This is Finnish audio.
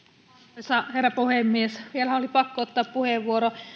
arvoisa herra puhemies vielä oli pakko ottaa puheenvuoro